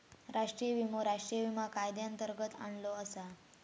राष्ट्रीय विमो राष्ट्रीय विमा कायद्यांतर्गत आणलो आसा